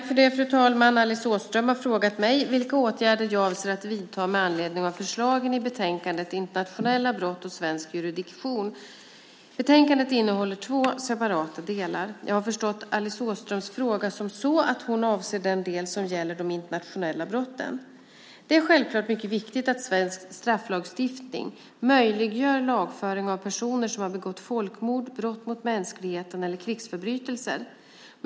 Fru talman! Alice Åström har frågat mig vilka åtgärder jag avser att vidta med anledning av förslagen i betänkandet Internationella brott och svensk jurisdiktion . Betänkandet innehåller två separata delar. Jag har förstått Alice Åströms fråga som så att hon avser den del som gäller de internationella brotten. Det är självklart mycket viktigt att svensk strafflagstiftning möjliggör lagföring av personer som har begått folkmord, brott mot mänskligheten eller krigsförbrytelser.